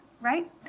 right